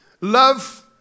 Love